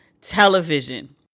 television